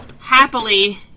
happily